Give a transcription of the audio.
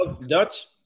dutch